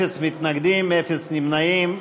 אין מתנגדים, אין נמנעים.